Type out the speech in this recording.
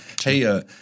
hey